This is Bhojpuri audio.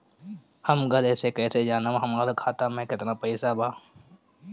हम घरे से कैसे जानम की हमरा खाता मे केतना पैसा बा?